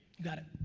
you got it.